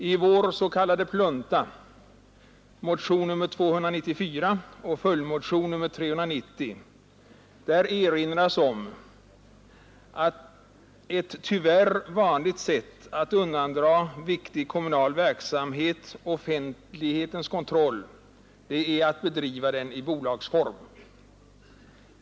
I vår s.k. Plunta, motionen 294 och följdmotionen 390, erinras om att ett tyvärr vanligt sätt att undandra viktig kommunal verksamhet offentlighetens kontroll är att bedriva den i bolagsform.